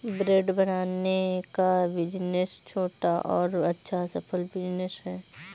bread बनाने का business छोटा और अच्छा सफल बिज़नेस है